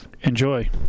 Enjoy